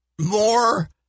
more